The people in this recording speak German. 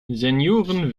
senioren